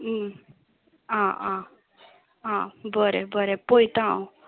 आं आं आं बरें बरें पळयता हांव